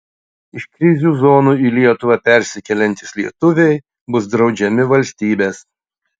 iš krizių zonų į lietuvą persikeliantys lietuviai bus draudžiami valstybės